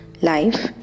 life